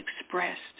expressed